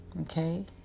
okay